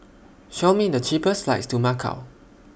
Show Me The cheapest flights to Macau